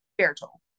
spiritual